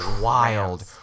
wild